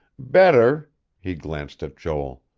better he glanced at joel.